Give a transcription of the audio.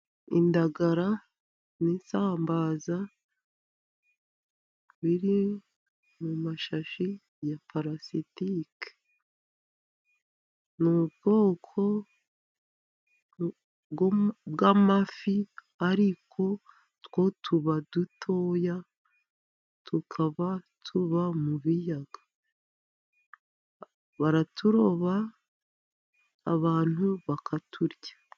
Indagara n'isambaza biri mu mashashi ya parasitike. Ni ubwoko bw'amafi, ariko two tuba dutoya, tukaba tuba mu biyaga. Baraturoba abantu bakaturya.